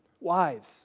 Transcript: Wives